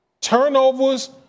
Turnovers